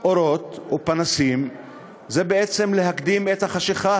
אורות ופנסים זה בעצם להקדים את החשכה